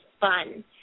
fun